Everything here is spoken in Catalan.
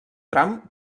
tram